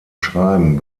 schreiben